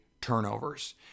turnovers